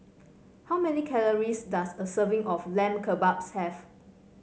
how many calories does a serving of Lamb Kebabs have